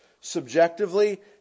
Subjectively